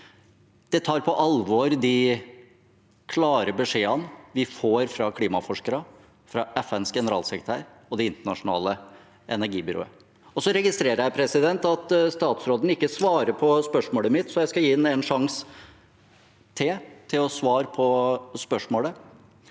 De tar på alvor de klare beskjedene vi får fra klimaforskere, FNs generalsekretær og Det internasjonale energibyrået. Jeg registrerer at statsråden ikke svarer på spørsmålet mitt, så jeg skal gi ham en sjanse til til å svare på spørsmålet: